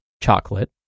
Chocolate